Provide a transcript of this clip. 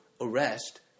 arrest